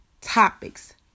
topics